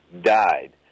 died